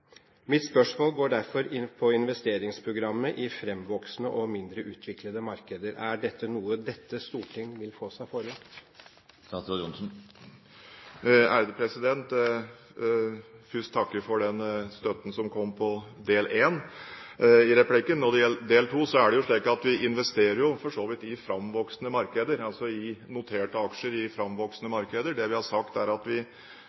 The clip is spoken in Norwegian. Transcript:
Mitt spørsmål går på investeringsprogrammet i fremvoksende og mindre utviklede markeder. Er dette noe dette storting vil få seg forelagt? Jeg vil først takke for den støtten som kom i første del av replikken. Når det gjelder den andre delen, er det slik at vi for så vidt investerer i framvoksende markeder, altså i noterte aksjer i framvoksende markeder. Det vi har sagt, er at vi